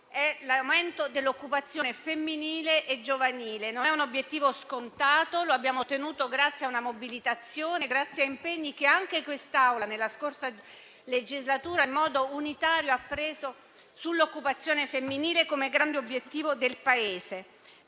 è l'aumento dell'occupazione femminile e giovanile. Non è un obiettivo scontato e lo abbiamo ottenuto grazie a una mobilitazione e a impegni che quest'Assemblea anche nella scorsa legislatura, in modo unitario, ha preso sull'occupazione femminile come grande obiettivo del Paese.